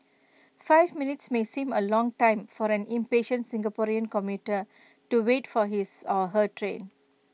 five minutes may seem A long time for an impatient Singaporean commuter to wait for his or her train